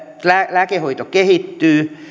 lääkehoito kehittyy